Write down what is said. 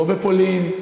לא בפולין,